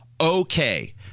okay